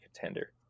contender